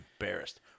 embarrassed